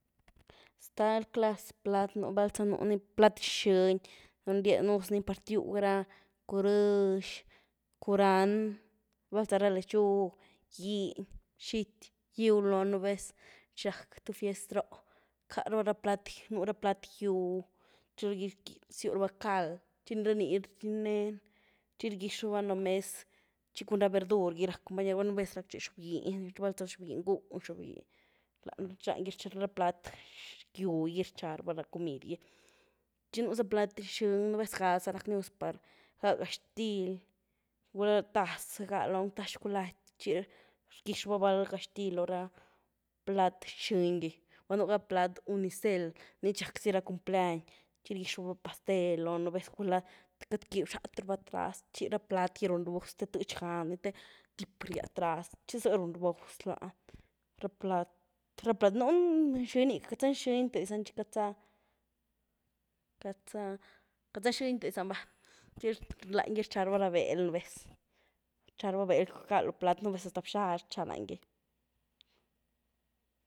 Ztal clazy plat nu’, val za nuny plat nxyn, usni par tywg ra curyëx, curand, val za’ra lechug, giny, xity, gyw lony nu’ vez, chi rac th fiest roh’, rcaa rava ra plat, nu’ ra plat gyw, txi ry rzyú raba cald, chi rani rynen, txi rgyx raba ni loo mez, txi cun ra’ verdur gui rac, gula mer nía, nu’ vez racché xob-giny, nu guel za xob-giny gú’n, xob giny, txi lany ra plat gyw gi rcha raba ra comid gui, txi nu’za plat nxyny, nu’ vez ga’za racnii gus par gáh getxtily, gula taz gáh lony, taz chocolaty, txi rgyx raba val getxtily loo ra’ plat nxyny-gy, gulá nu’ ga ra plat unicel, nii txi raczy ra cumpleany, txi rgyx raba pastel lony, nu’ vez gulá te cath quiby xat raba trast, chi raa plat gi run raba gus te tëtx gany, te tip riad trast, txi zy run raba gus lany, ra plat gí, ra plat nuny nxiny, cat za nxiny te zany txi queit za, queit za, queit za nxiny te zany va, txi lany gy rtxa raba ra beel nu’ vez rtxa raba beel gaá lo plat, nu’ vez hasta bxady rtcha lany gy.